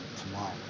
tomorrow